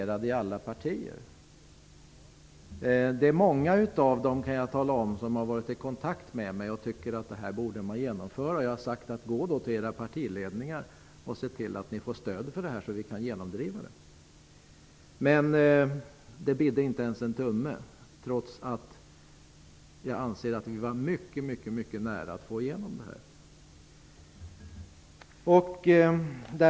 Jag kan tala om att många av dem har varit i kontakt med mig och framfört att man borde genomföra det här. Jag har då sagt: Gå då till era partiledningar och se till att ni får stöd för det här så att vi kan genomdriva det. Men det bidde inte ens en tumme -- trots att vi var mycket, mycket nära att få igenom detta.